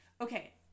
Okay